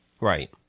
right